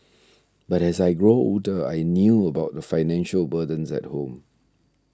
but as I grew older I knew about the financial burdens at home